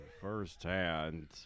firsthand